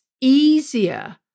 easier